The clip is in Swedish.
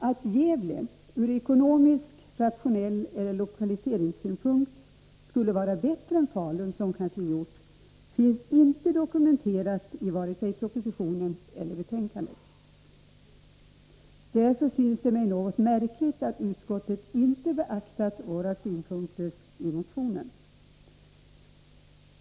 Att Gävle från ekonomiska eller rationella utgångspunkter eller ur lokaliseringssynvinkel skulle vara bättre än Falun som kansliort finns inte dokumenterat, vare sig i propositionen eller i betänkandet. Därför synes det mig något märkligt att utskottet inte beaktat våra synpunkter i motionen.